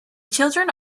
children